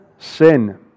Sin